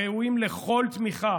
הראויים לכל תמיכה.